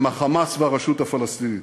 הם ה"חמאס" והרשות הפלסטינית.